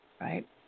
right